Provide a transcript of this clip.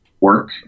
work